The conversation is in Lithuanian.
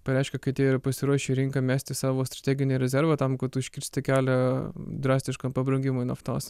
pareiškė kad jie yra pasiruošę rinką mesti savo strateginį rezervą tam kad užkirsti kelią drastiškam pabrangimui naftos